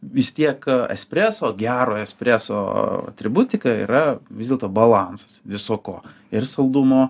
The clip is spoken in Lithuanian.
vis tiek espreso gero espreso atributika yra vis dėlto balansas viso ko ir saldumo